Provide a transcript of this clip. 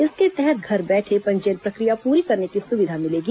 इसके तहत घर बैठे पंजीयन प्रक्रिया पूरी करने की सुविधा मिलेगी